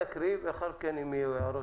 נקריא, בבקשה.